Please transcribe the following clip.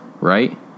Right